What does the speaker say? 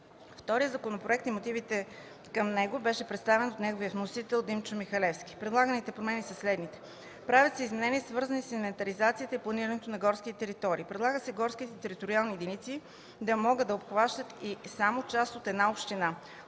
Вторият законопроект и мотивите към него беше представен от неговия вносител народния представител Димчо Михалевски. Предлаганите промени са следните. Правят се изменения, свързани с инвентаризацията и планирането на горските територии. Предлага се горските териториални единици да могат да обхващат и само част от една община.